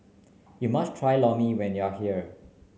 you must try Lor Mee when you are here